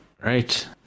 right